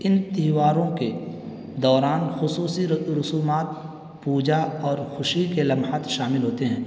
ان تیوہاروں کے دوران خصوصی رسومات پوجا اور خوشی کے لمحات شامل ہوتے ہیں